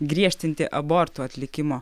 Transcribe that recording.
griežtinti abortų atlikimo